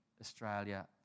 Australia